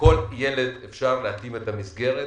לכל ילד אפשר להתאים מסגרת,